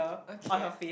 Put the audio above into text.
okay